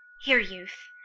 here, youth,